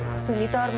sunita